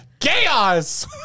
Chaos